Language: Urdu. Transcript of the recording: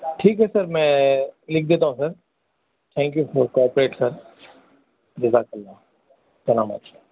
ٹھیک ہے سر میں لِکھ دیتا ہوں sir thank you for cooperate sir جزاک اللہ سلام عرض